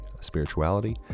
spirituality